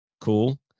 cool